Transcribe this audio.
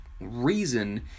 reason